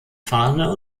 farne